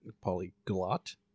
polyglot